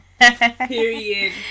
Period